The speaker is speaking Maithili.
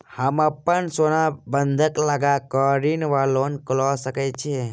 हम अप्पन सोना बंधक लगा कऽ ऋण वा लोन लऽ सकै छी?